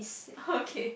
okay